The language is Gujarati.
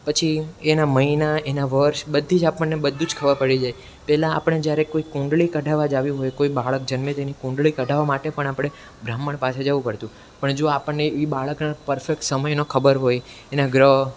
પછી એના મહિના એનાં વર્ષ બધી જ આપણને બધું જ ખબર પડી જાય પહેલાં આપણે જ્યારે કોઈ કુંડલી કઢાવવા જાવી હોય કોઈ બાળક જન્મે તેની કુંડલી કઢાવવા માટે પણ આપણે બ્રાહ્મણ પાસે જવું પડતું પણ જો આપણને એ બાળકના પરફેક્ટ સમયનો ખબર હોય એના ગ્રહ